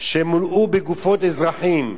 שמולאו בגופות אזרחים,